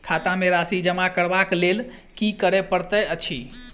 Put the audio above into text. खाता मे राशि जमा करबाक लेल की करै पड़तै अछि?